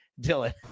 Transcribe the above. Dylan